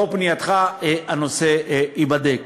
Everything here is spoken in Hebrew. לאור פנייתך, הנושא ייבדק.